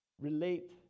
relate